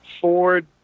Ford